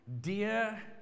Dear